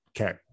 Okay